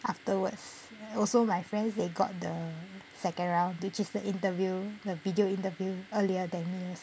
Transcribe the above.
afterwards also my friends they got the second round which is the interview the video interview earlier than me